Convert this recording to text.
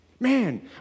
Man